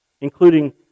including